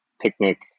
picnic